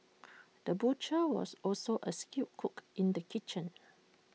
the butcher was also A skilled cook in the kitchen